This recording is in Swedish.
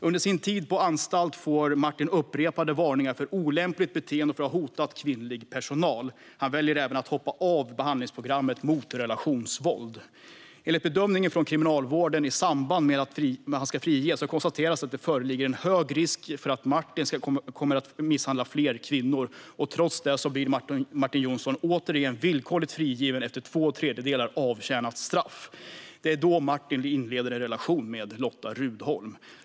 Under sin tid på anstalt får Martin upprepade varningar för olämpligt beteende och för att ha hotat kvinnlig personal. Han väljer även att hoppa av behandlingsprogrammet mot relationsvåld. Enligt bedömningen från kriminalvården i samband med att Martin ska friges konstateras att det föreligger hög risk för att han kommer att misshandla fler kvinnor. Trots detta blir Martin Jonsson återigen villkorligt frigiven efter att ha avtjänat två tredjedelar av sitt straff. Det är då Martin inleder en relation med Lotta Rudholm.